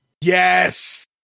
yes